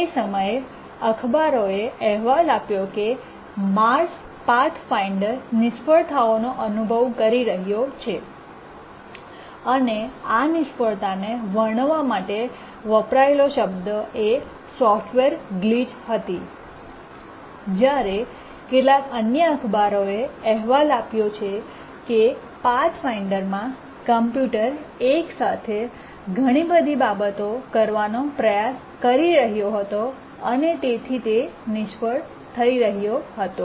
તે સમયે અખબારોએ અહેવાલ આપ્યો હતો કે માર્સ પાથ ફાઇન્ડર નિષ્ફળતાઓનો અનુભવ કરી રહ્યો છે અને આ નિષ્ફળતાને વર્ણવવા માટે વપરાયેલી શબ્દો એ સોફ્ટવેર ગ્લિચ હતી જ્યારે કેટલાક અન્ય અખબારોએ અહેવાલ આપ્યો છે કે પાથફાઇન્ડરમાં કમ્પ્યુટર એક સાથે ઘણી બધી બાબતો કરવાનો પ્રયાસ કરી રહ્યો હતો અને તેથી નિષ્ફળ થઈ રહ્યો હતો